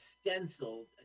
stenciled